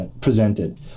presented